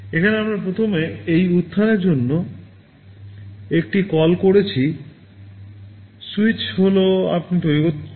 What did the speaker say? এখানে আমরা প্রথমে এই উত্থানের জন্য একটি কল করেছি স্যুইচ হল আপনি তৈরি করেছেন